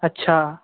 अच्छा